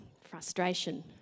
frustration